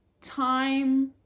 time